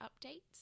updates